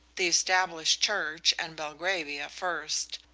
the established church, and belgravia first,